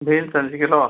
beans அஞ்சு kilo